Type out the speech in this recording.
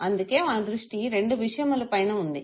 అందుకే మన దృష్టి రెండు విషయములపైన ఉంది